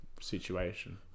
situation